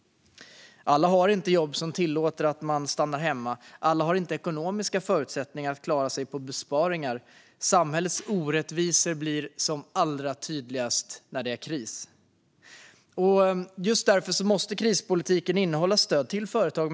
Alla har inte jobb som tillåter att man stannar hemma. Alla har inte ekonomiska förutsättningar att klara sig på besparingar. Samhällets orättvisor blir som allra tydligast när det är kris. Just därför måste krispolitiken innehålla stöd till företag.